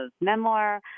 memoir